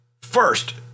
First